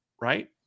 Right